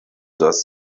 dass